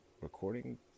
recording